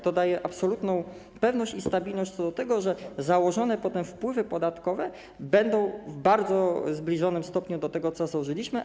To daje absolutną pewność i stabilność, że założone potem wpływy podatkowe będą w bardzo zbliżonym stopniu do tego, co założyliśmy.